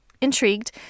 intrigued